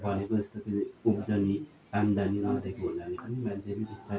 भनेको जस्तो फेरि उब्जनी आमदामी नदिएको हुनाले पनि मान्छे बिस्तारै